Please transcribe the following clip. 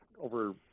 over